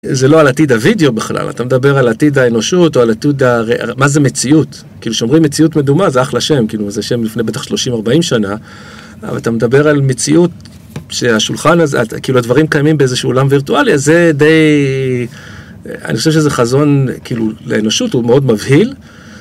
זה לא על עתיד הוידאו בכלל, אתה מדבר על עתיד האנושות או על עתיד... מה זה מציאות? כאילו שומרים מציאות מדומה זה אחלה שם, זה שם לפני בטח שלושים ארבעים שנה אבל אתה מדבר על מציאות שהשולחן הזה... כאילו הדברים קיימים באיזשהו עולם וירטואלי אז זה די... אני חושב שזה חזון כאילו לאנושות, הוא מאוד מבהיל